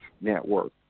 network